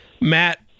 Matt